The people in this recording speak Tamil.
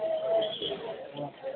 ம்